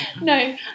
No